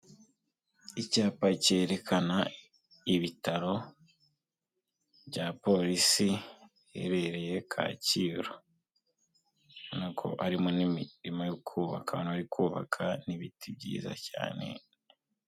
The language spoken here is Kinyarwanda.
Icyapa kerekana ibitaro bya polisi iherereye Kacyiru ubona ko harimo n'imirima yo kubaka n'abantu bari kubaka n'ibiti byiza cyane.